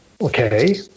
Okay